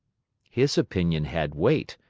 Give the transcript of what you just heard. his opinion had weight,